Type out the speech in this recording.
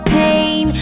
pain